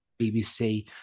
bbc